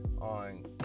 on